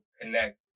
connect